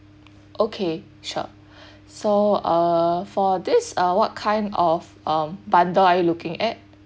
okay sure so uh for this uh what kind of um bundle are you looking at